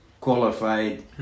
qualified